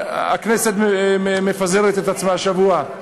הכנסת מפזרת את עצמה השבוע,